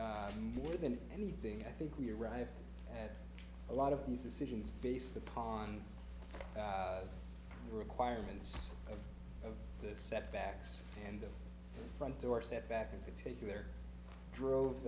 more than anything i think we arrived at a lot of these decisions based upon the requirements of this set backs and the front door step back in particular drove